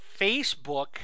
Facebook